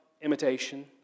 imitation